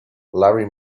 larry